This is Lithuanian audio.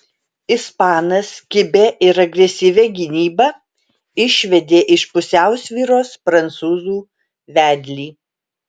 ispanas kibia ir agresyvia gynyba išvedė iš pusiausvyros prancūzų vedlį